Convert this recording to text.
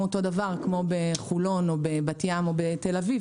אותו דבר כמו בחולון או בבת ים או בתל אביב,